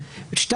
(2)